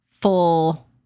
full